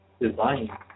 design